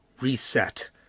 reset